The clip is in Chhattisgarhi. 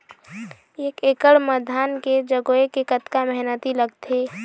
एक एकड़ म धान के जगोए के कतका मेहनती लगथे?